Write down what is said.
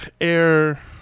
air